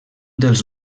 dels